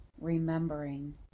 remembering